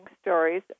stories